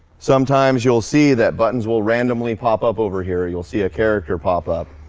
sometimes you'll see that buttons will randomly pop up over here. you'll see a character pop up.